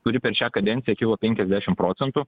kuri per šią kadenciją kilo penkiasdešimt procentų